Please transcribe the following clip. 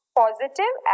positive